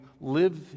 live